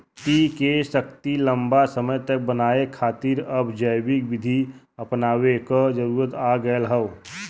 मट्टी के शक्ति लंबा समय तक बनाये खातिर अब जैविक विधि अपनावे क जरुरत आ गयल हौ